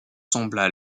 sembla